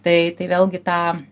tai tai vėlgi tą